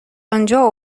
آنجا